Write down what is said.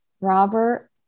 Robert